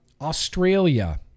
Australia